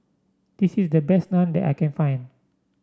this is the best Naan that I can find